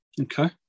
Okay